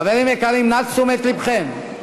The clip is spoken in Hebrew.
חברים יקרים, נא תשומת לבכם,